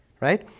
Right